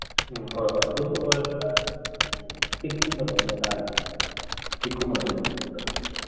ꯎꯝ ꯍꯣꯏ ꯍꯣꯏ ꯑꯗꯨꯝꯕ ꯑꯣꯏ ꯇꯥꯔꯗꯤ ꯎꯝ ꯇꯤꯛꯀꯨꯝꯕꯗ ꯑꯣꯏꯅ ꯂꯥꯛꯑꯅꯤ ꯇꯤꯛꯀꯨꯝꯕꯗ ꯑꯣꯏꯅ ꯇꯧꯁꯤꯔꯣ